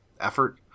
effort